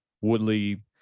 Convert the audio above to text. Woodley